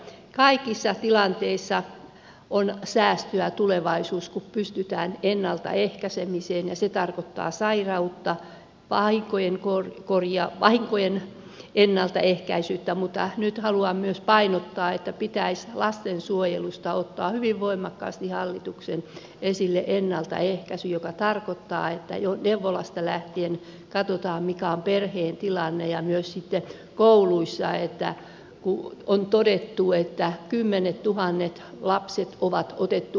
kaikissa tilanteissa on säästöä tulevaisuuden kannalta kun pystytään ennaltaehkäisemiseen ja se tarkoittaa sairautta vahinkojen ennaltaehkäisyä mutta nyt haluan myös painottaa että pitäisi lastensuojelusta ottaa hyvin voimakkaasti hallituksen esille ennaltaehkäisy joka tarkoittaa että jo neuvolasta lähtien katsotaan mikä on perheen tilanne ja myös sitten kouluissa kun on todettu että kymmenettuhannet lapset on otettu huostaan